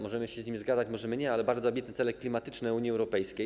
Możemy się z nimi zgadzać, możemy nie, ale to są bardzo ambitne cele klimatyczne Unii Europejskiej.